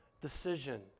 decision